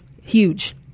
huge